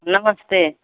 नमस्ते